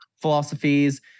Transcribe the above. philosophies